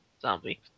zombie